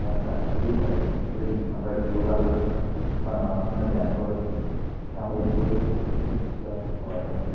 তাছাড়া এইগুলির পরে যদি আমরা যোগা করে থাকি বা নানান ধরনের ব্যায়াম করে থাকি তা আমাদের শরীরকে অত্যন্ত সুস্থ রাখতে সহায়তা করে